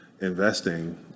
investing